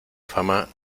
fama